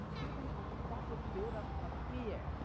students start to build up a fear.